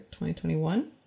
2021